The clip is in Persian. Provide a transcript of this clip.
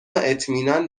اطمینان